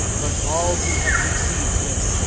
but all who have received him,